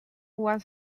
was